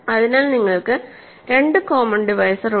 അതിനാൽ നിങ്ങൾക്ക് രണ്ട് കോമൺ ഡിവൈസർ ഉണ്ട്